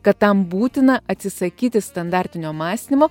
kad tam būtina atsisakyti standartinio mąstymo